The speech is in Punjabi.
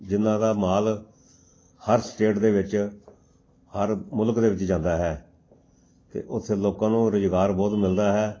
ਜਿਨ੍ਹਾਂ ਦਾ ਮਾਲ ਹਰ ਸਟੇਟ ਦੇ ਵਿੱਚ ਹਰ ਮੁਲਕ ਦੇ ਵਿੱਚ ਜਾਂਦਾ ਹੈ ਅਤੇ ਉੱਥੇ ਲੋਕਾਂ ਨੂੰ ਰੁਜ਼ਗਾਰ ਬਹੁਤ ਮਿਲਦਾ ਹੈ